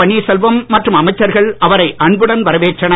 பன்னீர்செல்வம் மற்றும் அமைச்சர்கள் அவரை அன்புடன் வரவேற்றனர்